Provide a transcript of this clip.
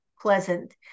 pleasant